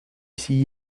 ici